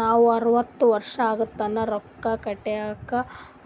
ನಾವ್ ಅರ್ವತ್ ವರ್ಷ ಆಗತನಾ ರೊಕ್ಕಾ ಕಟ್ಬೇಕ